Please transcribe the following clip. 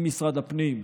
עם משרד הפנים,